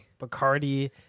Bacardi